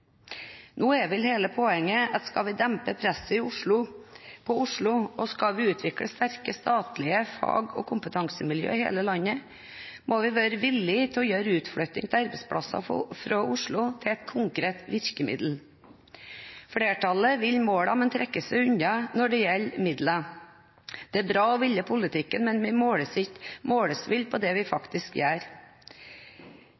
Nå er vel hele poenget at skal vi dempe presset på Oslo, og skal vi utvikle sterke statlige fag- og kompetansemiljøer i hele landet, må vi være villig til å gjøre utflytting av arbeidsplasser fra Oslo til et konkret virkemiddel. Flertallet vil målene, men trekker seg unna når det gjelder midlene. Det er bra å ville politikken, men vi måles vel på det vi